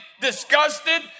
disgusted